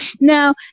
Now